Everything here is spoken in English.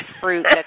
fruit